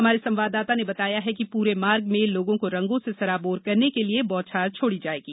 हमारे संवाददाता ने बताया कि पूरे मार्ग में लोगों को रंगों से सराबोर करने के लिए बौछार छोडी जाएगी